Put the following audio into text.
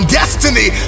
destiny